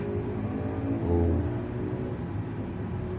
oh oh